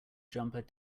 jumper